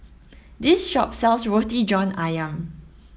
this shop sells Roti John Ayam